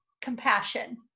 compassion